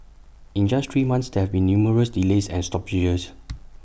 in just three months there have been numerous delays and stoppages